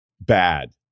bad